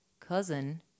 cousin